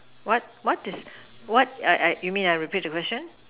what what is what I I you mean I repeat the question